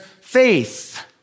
faith